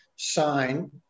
sign